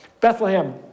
Bethlehem